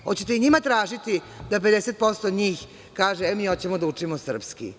Hoćete li njima tražiti da 50% njih kaže – e, mi hoćemo da učimo srpski?